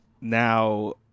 now